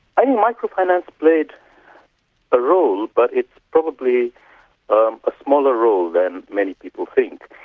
and microfinance played a role, but it's probably um a smaller role than many people think.